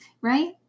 Right